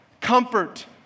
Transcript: comfort